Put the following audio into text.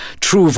True